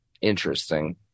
interesting